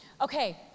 okay